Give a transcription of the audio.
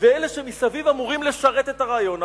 אלה שמסביב אמורים לשרת את הרעיון.